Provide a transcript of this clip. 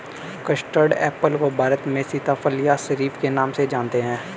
custard apple को भारत में सीताफल या शरीफा के नाम से जानते हैं